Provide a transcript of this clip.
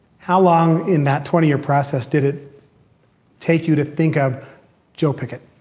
how long in that twenty year process, did it take you to think of joe pickett?